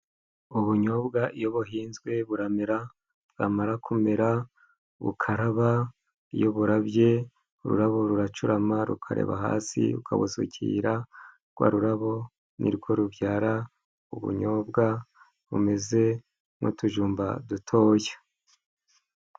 Ubunyobwa iyo buhinzwe buramera bwamara kumera bukaraba. Iyo burabye ururabo ruracurama, rukareba hasi ukabusukirara; rwa rurabo ni rwo rubyara ubunyobwa bumeze nk'utujumba dutoya.